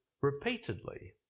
repeatedly